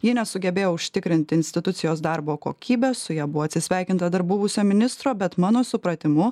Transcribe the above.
ji nesugebėjo užtikrinti institucijos darbo kokybės su ja buvo atsisveikinta dar buvusio ministro bet mano supratimu